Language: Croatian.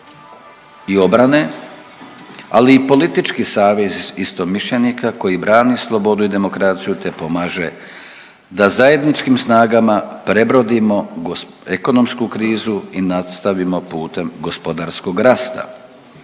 i obrane, ali i politički savez istomišljenika koji brani slobodu i demokraciju te pomaže da zajedničkim snagama prebrodimo ekonomsku krizu i nastavimo putem gospodarskog rasta.